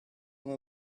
come